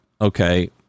Okay